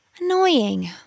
Annoying